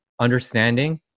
understanding